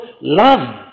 love